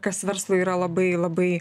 kas verslui yra labai labai